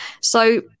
So-